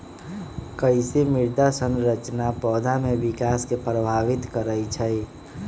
कईसे मृदा संरचना पौधा में विकास के प्रभावित करई छई?